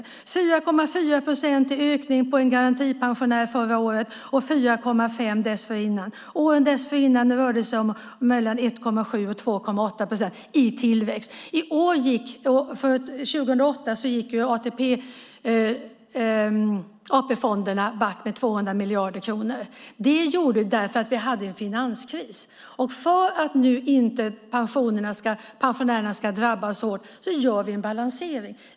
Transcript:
Ökningen var 4,4 procent för en garantipensionär under förra året och 4,5 procent året dessförinnan. Åren dessförinnan rörde det sig om mellan 1,7 och 2,8 procent i tillväxt. För 2008 gick AP-fonderna back med 200 miljarder kronor. Det gjorde de därför att vi hade en finanskris. För att nu inte pensionärerna ska drabbas så hårt gör vi en balansering.